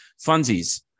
funsies